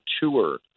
tour